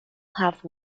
have